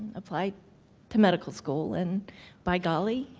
apply to medical school, and by golly,